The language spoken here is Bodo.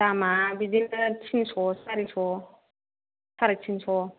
दामा बिदिनो तिनस' सारिस' साराय तिनस'